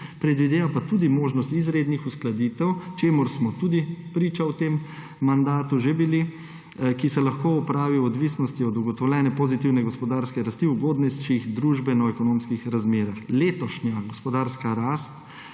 Predvideva pa tudi možnost izrednih uskladitev, čemur smo že bili priča v tem mandatu, ki se lahko opravi v odvisnosti od ugotovljene pozitivne gospodarske rasti v ugodnejših družbeno-ekonomskih razmerah. Letošnja gospodarska rast,